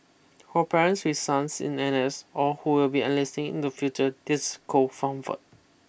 for parents with sons in N S or who will be enlisting in the future this call